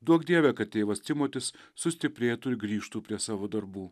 duok dieve kad tėvas timotis sustiprėtų ir grįžtų prie savo darbų